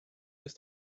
bis